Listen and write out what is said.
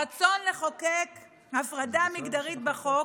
הרצון לחוקק הפרדה מגדרית בחוק,